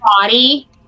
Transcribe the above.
body